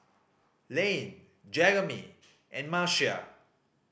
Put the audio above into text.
Lane Jeremy and Marcia